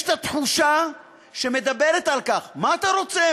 יש את התחושה שמדברת על כך: מה אתה רוצה?